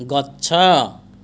ଗଛ